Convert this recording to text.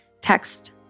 text